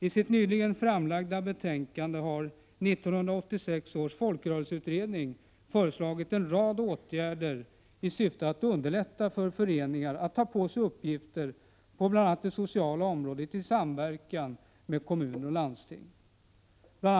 I sitt nyligen framlagda betänkande har 1986 års folkrörelseutredning föreslagit en rad åtgärder i syfte att underlätta för föreningar att ta på sig uppgifter på bl.a. det sociala området i samverkan med kommuner och landsting. Bl.